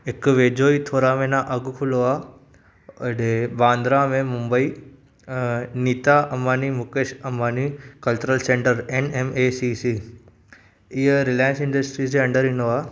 हिकु वेझो ई थोरा महिना अॻु खुलियो आहे एॾे बांद्रा में मुंबई नीता अबांनी मुकेश अबांनी कल्चर सेंटर आहिनि एम ए सी सी इहो रिलांयस इंडस्ट्री जे अंदरि ईंदो आहे